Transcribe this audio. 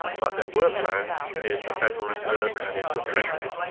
but there were plans in the federal reserve and in the treasury,